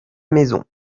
maison